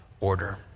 order